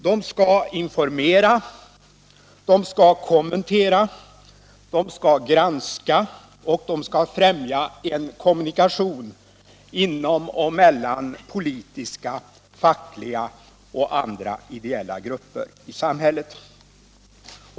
De skall informera, kommentera, granska och främja en kommunikation inom och mellan politiska, fackliga och andra ideella grupper i samhället.